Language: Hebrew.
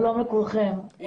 שלום לכולכם.